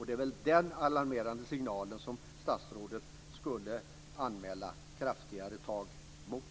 Det är väl den alarmerande signalen som statsrådet skulle anmäla kraftigare tag mot.